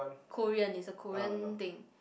Korean it's a Korean thing